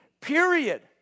period